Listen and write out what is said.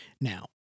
Now